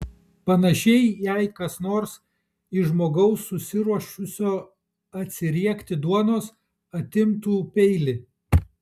panašiai jei kas nors iš žmogaus susiruošusio atsiriekti duonos atimtų peilį